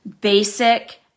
basic